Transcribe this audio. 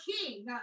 king